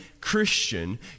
Christian